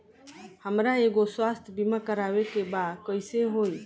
हमरा एगो स्वास्थ्य बीमा करवाए के बा कइसे होई?